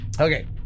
Okay